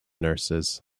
nurses